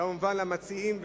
כמובן למציעים,